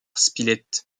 spilett